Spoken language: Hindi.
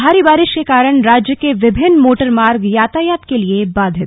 भारी बारि ा के कारण राज्य के विभिन्न मोटर मार्ग यातायात के लिए बाधित